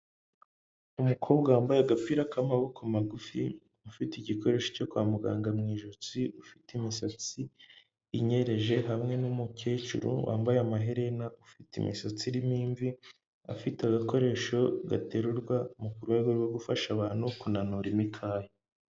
Umukobwa wambaye agapira k'amaboko magufi, ufite igikoresho cyo kwa muganga mu ijosi, ufite imisatsi inyereje hamwe n'umukecuru wambaye amaherena, ufite imisatsi irimo imvi, afite agakoresho gaterurwa mu rwego rwo gufasha abantu kunanura imikaya.